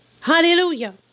Hallelujah